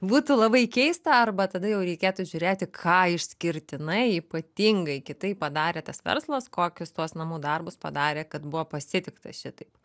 būtų labai keista arba tada jau reikėtų žiūrėti ką išskirtinai ypatingai kitaip padarė tas verslas kokius tuos namų darbus padarė kad buvo pasitiktas šitaip